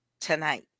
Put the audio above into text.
tonight